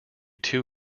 two